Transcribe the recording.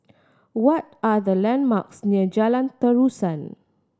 what are the landmarks near Jalan Terusan